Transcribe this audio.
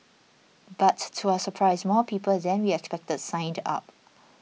but to our surprise more people than we expected signed up